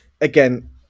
again